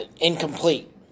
Incomplete